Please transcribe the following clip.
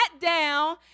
down